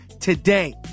today